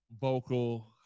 vocal –